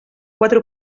quatre